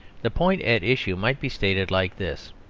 the point at issue might be stated like this.